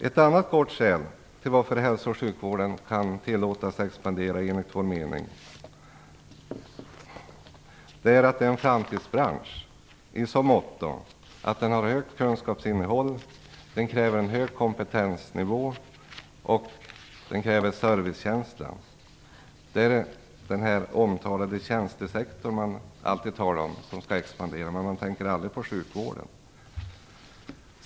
Ett annat gott skäl till att sjukvården kan tillåtas expandera är, enligt vår mening, att den är en framtidsbransch i så måtto att den har högt kunskapsinnehåll, kräver en hög kompetensnivå och servicekänsla. Man talar alltid om att tjänstesektorn skall expandera, men man tänker aldrig på sjukvården.